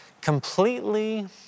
completely